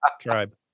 tribe